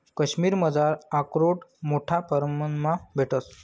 काश्मिरमझार आकरोड मोठा परमाणमा भेटंस